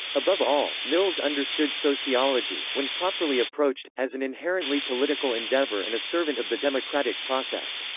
above all, mills understood sociology, when properly approached, as an inherently political endeavor and a servant of the democratic process.